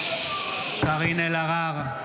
קארין אלהרר,